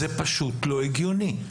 זה פשוט לא הגיוני.